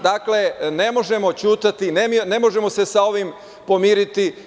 Dakle, ne možemo ćutati, ne možemo se sa ovim pomiriti.